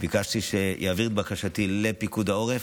ביקשתי שיעביר את בקשתי לפיקוד העורף,